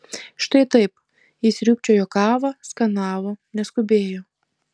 štai taip ji sriūbčiojo kavą skanavo neskubėjo